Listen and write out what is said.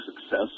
success